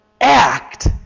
act